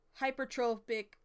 hypertrophic